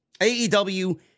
AEW